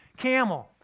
camel